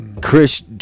chris